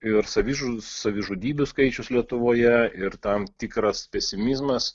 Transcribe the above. ir savižu savižudybių skaičius lietuvoje ir tam tikras pesimizmas